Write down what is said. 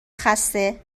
خسته